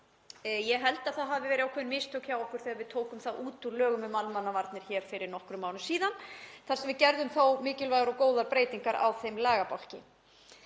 Ég held að það hafi verið ákveðin mistök hjá okkur þegar við tókum það út úr lögum um almannavarnir hér fyrir nokkrum árum síðan, þar sem við gerðum þó mikilvægar og góðar breytingar á þeim lagabálki.